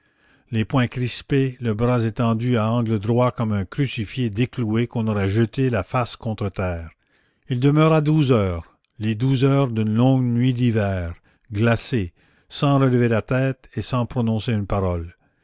les poings crispés les bras étendus à angle droit comme un crucifié décloué qu'on aurait jeté la face contre terre il demeura douze heures les douze heures d'une longue nuit d'hiver glacé sans relever la tête et sans prononcer une parole